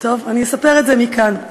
אספר את זה מכאן.